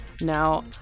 Now